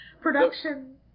production